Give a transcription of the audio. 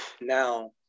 now